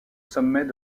sommet